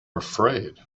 afraid